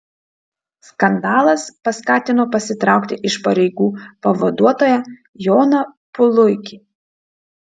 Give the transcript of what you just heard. skandalas paskatino pasitraukti iš pareigų pavaduotoją joną puluikį